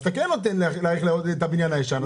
אז אתה כן נותן להאריך את הבניין הישן.